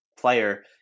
player